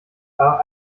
aber